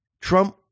Trump